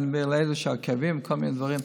אלה שיש להם כאבים וכל מיני דברים.